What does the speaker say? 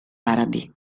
arabi